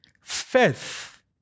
faith